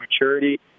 maturity